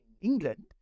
England